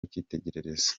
icyitegererezo